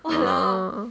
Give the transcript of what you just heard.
oh